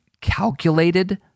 calculated